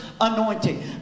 anointing